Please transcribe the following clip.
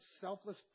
selfless